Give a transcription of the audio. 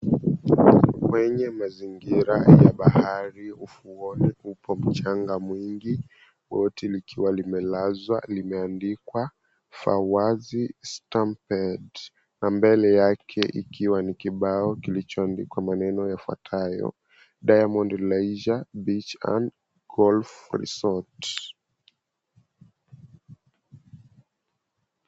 Kwenye mazingira ya bahari ufuoni upo mchanga mwingi, boti likiwa limelazwa limeandikwa, Fawazi Stampet na mbele yake ikiwa ni kibao kilichoandikwa maneno yafuatayo, Diamond Leisure Beach and Golf Resort.